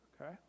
okay